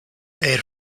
air